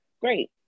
great